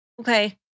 Okay